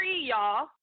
y'all